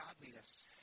godliness